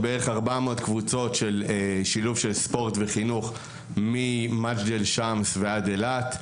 בערך 400 קבוצות של שילוב של ספורט וחינוך ממג'ד אל שאמס ועד אילת,